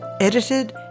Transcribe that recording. edited